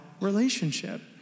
relationship